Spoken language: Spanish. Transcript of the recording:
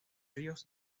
ríos